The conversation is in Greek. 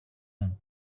μου